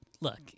look